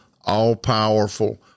all-powerful